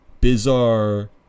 bizarre